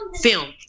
film